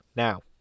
Now